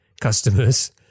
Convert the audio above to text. customers